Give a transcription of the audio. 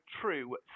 true